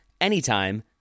anytime